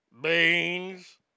Beans